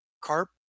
carp